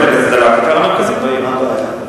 מה הבעיה?